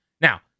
Now